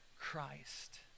Christ